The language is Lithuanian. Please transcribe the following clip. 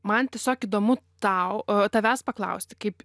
man tiesiog įdomu tau o tavęs paklausti kaip